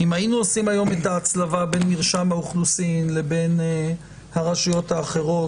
אם היינו עושים היום את ההצלבה בין מרשם האוכלוסין לבין הרשויות האחרות,